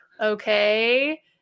okay